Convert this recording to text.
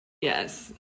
Yes